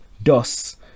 Thus